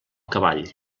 cavall